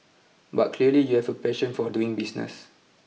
but clearly you have a passion for doing business